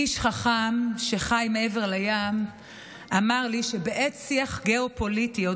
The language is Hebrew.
איש חכם שחי מעבר לים אמר לי שבעת שיח גיאו-פוליטי על